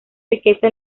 riqueza